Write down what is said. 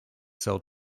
sell